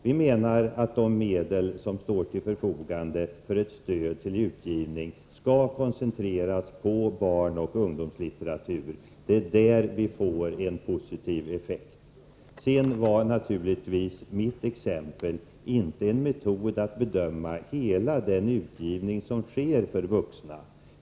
Vi menar att de medel som står till förfogande för ett stöd till utgivning skall koncentreras till barnoch ungdomslitteratur. Det är där vi får en positiv effekt. Mitt exempel var naturligtvis inte en metod att bedöma hela den utgivning som sker för vuxna.